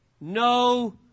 no